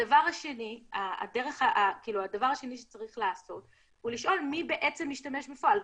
הדבר השני שצריך לעשות הוא לשאול מי בעצם משתמש בפועל.